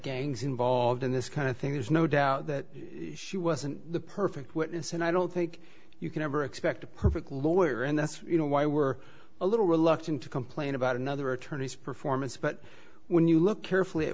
gangs involved in this kind of thing there's no doubt that she wasn't the perfect witness and i don't think you can ever expect a perfect lawyer and that's you know why we're a little reluctant to complain about another attorney's performance but when you look carefully